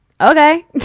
okay